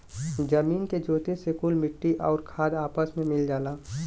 जमीन के जोते से कुल मट्टी आउर खाद आपस मे मिल जाला